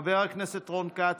חבר הכנסת רון כץ,